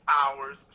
hours